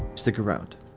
stick around